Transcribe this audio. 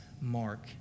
mark